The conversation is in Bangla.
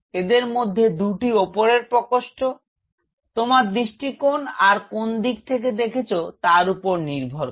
এদের মধ্যে দুটি উপরের প্রকোষ্ঠ তোমার দৃষ্টিকোন আর কোন দিক থেকে দেখছ তার উপর নির্ভর করে